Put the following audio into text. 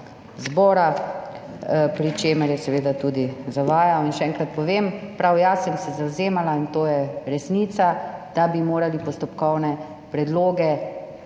zbora, pri čemer je seveda tudi zavajal. Še enkrat povem, prav jaz sem se zavzemala, in to je resnica, da bi morali postopkovne predloge